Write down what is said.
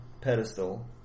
pedestal